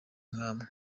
nkamwe